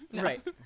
Right